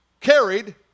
carried